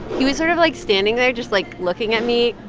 he was sort of, like, standing there just, like, looking at me,